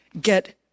get